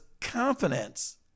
confidence